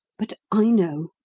but i know!